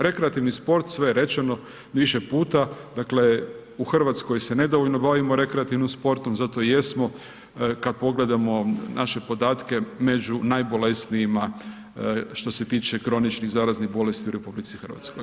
Rekreativni sport, sve je rečeno više puta, dakle, u Hrvatskoj se nedovoljno bavimo rekreativnim sportom, zato i jesmo kad pogledamo naše podatke, među najbolesnijima, što se tiče kroničnih zarazni bolesti u RH.